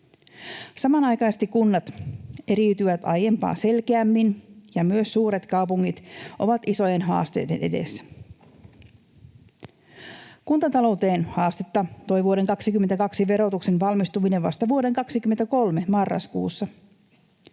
Samanaikaisesti kunnat eriytyvät aiempaa selkeämmin, ja myös suuret kaupungit ovat isojen haasteiden edessä. Kuntatalouteen haastetta toi vuoden 22 verotuksen valmistuminen vasta vuoden 23 marraskuussa.